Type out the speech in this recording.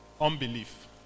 Unbelief